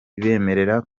ibemerera